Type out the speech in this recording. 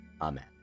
Amen